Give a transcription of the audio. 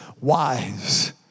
wise